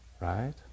Right